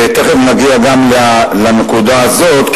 ותיכף נגיע גם לנקודה הזו,